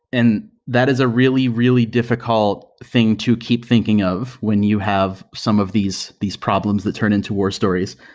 and that is a really, really difficult thing to keep thinking of when you have some of these these problems that turn into war stories.